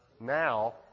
Now